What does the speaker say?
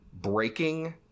breaking